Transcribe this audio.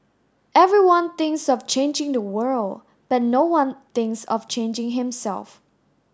everyone thinks of changing the world but no one thinks of changing himself